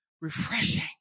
Refreshing